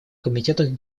комитетах